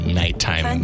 nighttime